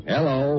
Hello